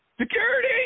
Security